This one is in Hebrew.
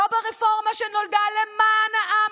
לא ברפורמה שנולדה למען העם,